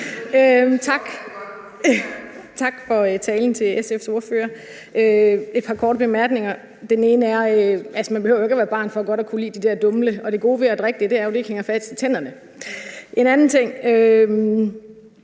Tak for talen til SF's ordfører. Jeg har et par korte bemærkninger. Den ene er, at man altså ikke behøver at være barn for godt at kunne lide det der Dumle, og det gode ved at drikke det er jo, at det ikke hænger fast i tænderne. En anden ting